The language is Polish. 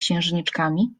księżniczkami